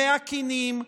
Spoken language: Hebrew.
מהקינים,